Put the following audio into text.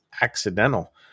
accidental